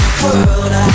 world